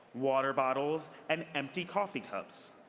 water bottles, and empty coffee cups.